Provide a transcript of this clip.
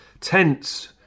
tents